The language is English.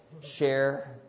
share